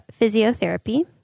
physiotherapy